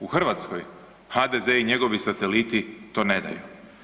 U Hrvatskoj HDZ i njegovi sateliti to ne daju.